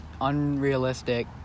unrealistic